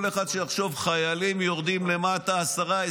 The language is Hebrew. כל אחד שיחשוב: חיילים יורדים למטה עשרה,